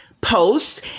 post